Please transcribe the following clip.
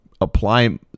apply